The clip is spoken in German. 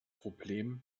problem